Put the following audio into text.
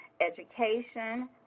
education